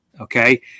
Okay